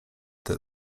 that